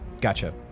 gotcha